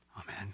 Amen